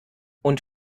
und